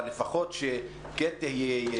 אבל לפחות שכן תהיה,